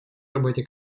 работе